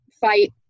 fight